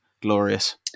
glorious